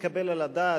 התשע"ב 2012,